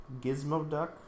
Gizmoduck